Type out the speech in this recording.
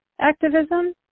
activism